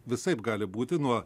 visaip gali būti nuo